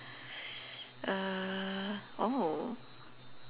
err